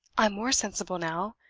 i'm more sensible now.